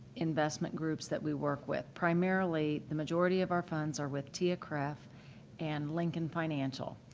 investment groups that we work with, primarily the majority of our fund are with tiaa-cref and lincoln financial.